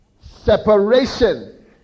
separation